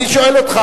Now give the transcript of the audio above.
אני שואל אותך,